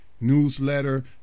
newsletter